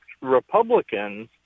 Republicans